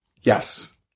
yes